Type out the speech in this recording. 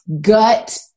gut